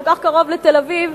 כל כך קרוב לתל-אביב,